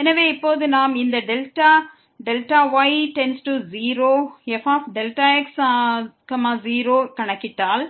எனவே இப்போது நாம் இந்த டெல்டா Δy→0 fx0 கணக்கிட்டால்